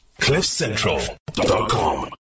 Cliffcentral.com